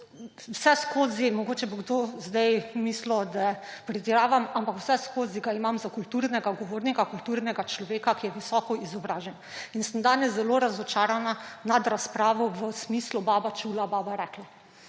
vseskozi, mogoče bo kdo zdaj mislil, da pretiravam, ampak vseskozi ga imam za kulturnega govornika, kulturnega človeka, ki je visoko izobražen. In sem danes zelo razočarana nad razpravo v smislu Baba čula, baba rekla.